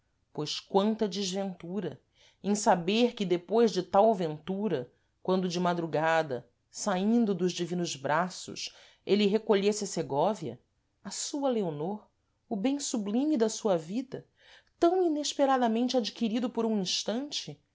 pois quanta desventura em saber que depois de tal ventura quando de madrugada saíndo dos divinos braços êle recolhesse a segóvia a sua leonor o bem sublime da sua vida tam inesperadamente adquirido por um instante